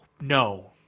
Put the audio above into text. no